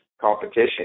competition